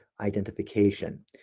identification